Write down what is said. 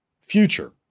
future